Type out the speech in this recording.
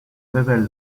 révèle